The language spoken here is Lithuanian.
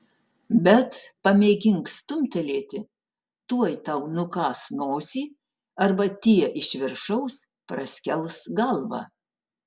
bet pamėgink stumtelėti tuoj tau nukąs nosį arba tie iš viršaus praskels galvą